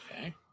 Okay